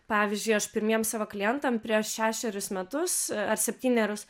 pavyzdžiui aš pirmiems savo klientam prieš šešerius metus ar septynerius